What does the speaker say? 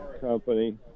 company